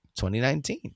2019